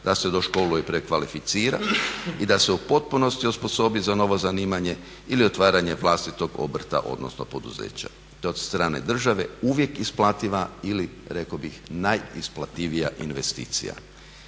da se doškoluje i prekvalificira i da se u potpunosti osposobi za novo zanimanje ili otvaranje vlastitog obrta odnosno poduzeća. To je od strane države uvijek isplativa ili rekao bih najisplativija investicija.